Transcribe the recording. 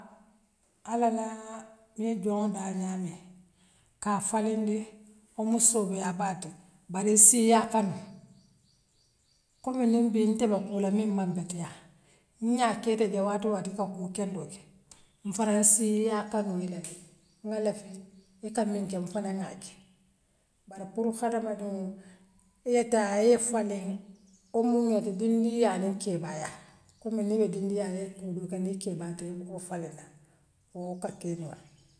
allah laaa ňiŋ joon daal ňaami kaa falindi wo muŋ soobiyaa baa to bare issi yaa kanu kommu niŋ mbee nte la kuula miŋ man betiyaa n'ŋaa ka ite jee waatoo waati ika kuu kendo ke nfanaŋ n'sii yaa kanu ŋee na kee ŋa lafi ika miŋ kee n'fanaŋ ŋaa kee bare puru hadama diŋoo yee taa yee faliŋ woo muŋ meeta dindiŋ niŋ kebaaya kommu nii ibe dindiŋyaa ayee tulubuŋ iko ni ikeebaata yee woo koo faliŋ la woo ka kee no la.